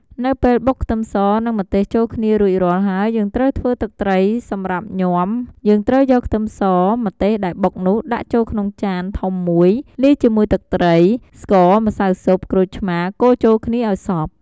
នៅពេលបុកខ្ទឹមស និង ម្ទេសចូលគ្នារួចរាល់ហើយយើងត្រូវធ្វើទឹកត្រីសម្រាប់ញាំយើងត្រូវយកខ្ទឹមស ម្ទេសដែរបុកនោះដាក់ចូលក្នុងចានធំមួយលាយជាមួយទឺកត្រី ស្ករ ម្សៅស៊ុប ក្រូចឆ្មាកូរចូលគ្នាឱ្យសព្វ។